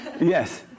Yes